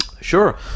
Sure